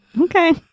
Okay